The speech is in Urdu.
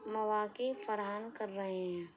مواقع فراہم کر رہے ہیں